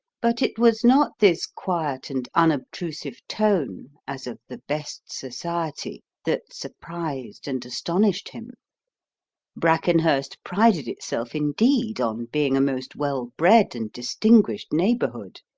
but it was not this quiet and unobtrusive tone, as of the best society, that surprised and astonished him brackenhurst prided itself, indeed, on being a most well-bred and distinguished neighbourhood